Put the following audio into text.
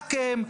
רק הם.